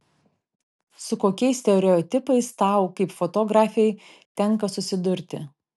su kokiais stereotipais tau kaip fotografei tenka susidurti